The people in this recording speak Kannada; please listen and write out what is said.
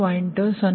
0 p